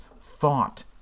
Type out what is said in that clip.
thought